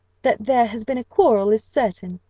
that there has been a quarrel is certain,